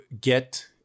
get